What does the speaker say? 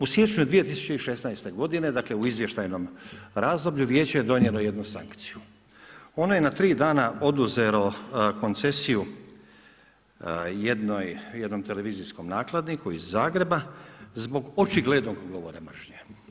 U siječnju 2016.g. dakle u izvještajnom razdoblju, vijeće je donijelo jedno sankciju, ono je na 3 dana oduzelo koncesiju jednom televizijskom nakladniku iz Zagreba zbog očigledno govora mržnje.